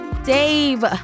Dave